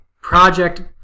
Project